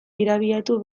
irabiatu